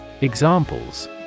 Examples